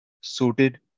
suited